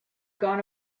gone